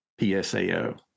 PSAO